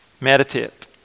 meditate